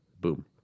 Boom